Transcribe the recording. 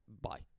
bye